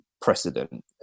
precedent